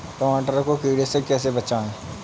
टमाटर को कीड़ों से कैसे बचाएँ?